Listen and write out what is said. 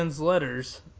letters